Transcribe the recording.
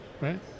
right